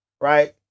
right